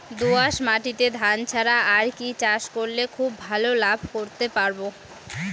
দোয়াস মাটিতে ধান ছাড়া আর কি চাষ করলে খুব ভাল লাভ করতে পারব?